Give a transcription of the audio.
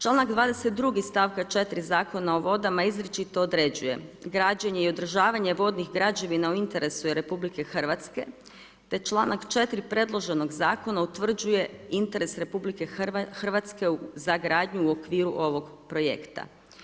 Članak 22. stavka 4. Zakona o vodama izričito određuje, građenje i održavanje vodnih građevina u interesu je RH te članka 4. predloženog zakona utvrđuje interes RH za gradnju u okviru ovog projekta.